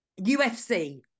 UFC